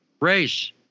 race